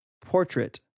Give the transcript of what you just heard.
portrait